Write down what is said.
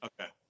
Okay